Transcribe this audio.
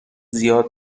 زیاد